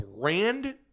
brand